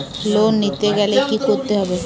Loan নিতে গেলে কি করতে হবে?